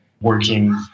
working